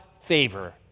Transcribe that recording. favor